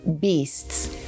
beasts